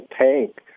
tank